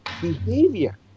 behavior